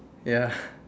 ya